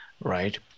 right